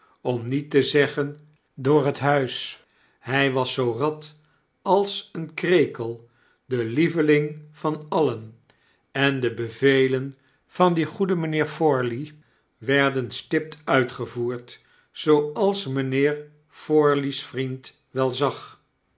om niet te zeggen door het huis hy was zoo rad als een krekel de lieveling van alien en de bevelen van dien goeden mijnheer forley werden stipt uitgevoerd zooals mynheer forley's vriend wel zag